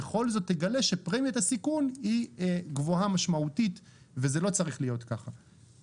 בכל זאת תגלה שפרמיית הסיכון היא גבוהה משמעותית וזה לא צריך להיות ככה.